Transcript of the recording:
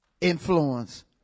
influence